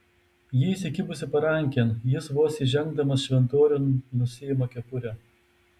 ji įsikibusi parankėn jis vos įžengdamas šventoriun nusiima kepurę